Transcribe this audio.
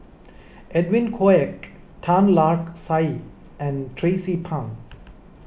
Edwin Koek Tan Lark Sye and Tracie Pang